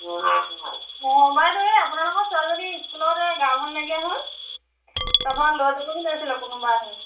অঁ বাইদেউ এই আপোনালোকৰ ছোৱালীজনী স্কুলত এই গা ভাল নাইকিয়া হ'ল তাৰ পৰা লৈ যাবহি লাগিছিলে কোনোবাই আহি